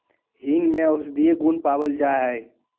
हींग में औषधीय गुण पावल जाहई